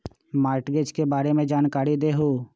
Mortgage के बारे में जानकारी देहु?